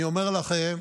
אני אומר לכם,